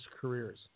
careers